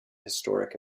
historic